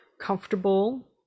comfortable